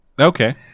Okay